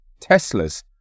Teslas